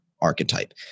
archetype